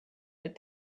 but